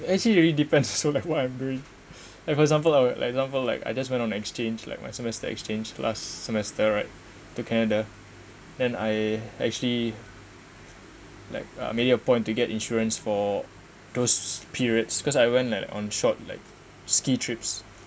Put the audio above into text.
it actually it really depends also like what I'm doing like for example our like example like I just went on exchange like my semester exchange last semester right to canada then I actually like uh made it a point to get insurance for those periods because I went like on short like ski trips